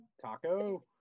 Taco